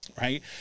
Right